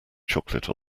chocolate